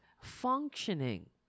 functioning